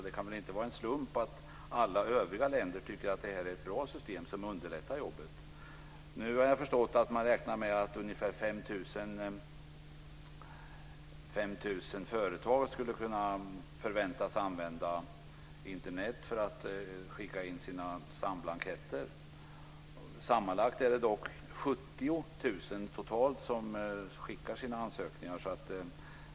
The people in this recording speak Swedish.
Det kan väl inte vara en slump att alla övriga länder tycker att det är ett bra system som underlättar jobbet. Nu har jag förstått att man räknar med att 5 000 företag förväntas använda Internet för att skicka in sina blanketter. Sammanlagt är det dock totalt 70 000 som skickar in ansökningar.